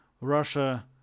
Russia